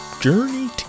journey